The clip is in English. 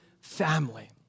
family